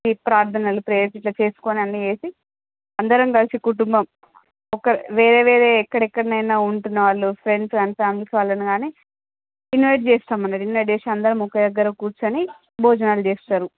ప్రార్థనలు ప్రేయర్స్ గిట్ల చేసుకొని అన్నీ చేసి అందరం కలిసి కుటుంబం ఒక వేరే వేరే ఎక్కడెక్కడైన ఉంటున్న వాళ్లు ఫ్రెండ్స్ అండ్ ఫ్యామిలీస్ వాళ్ళని కాని ఇన్వైట్ చేస్తాం ఇన్వైట్ చేసి అందరం ఒక దగ్గర కూర్చొని భోజనాలు చేస్తారు